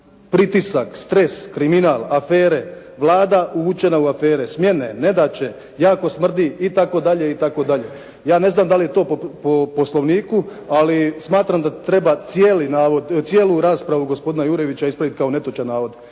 Pritisak, stres, kriminal, afere, Vlada uvučena u afere, smjene, nedaće, jako smrdi itd. itd. Ja ne znam da li je to po Poslovniku, ali smatram da treba cijelu raspravu gospodina Jurjevića ispraviti kao netočan navod,